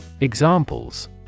Examples